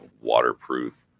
waterproof